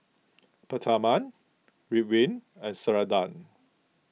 Peptamen Ridwind and Ceradan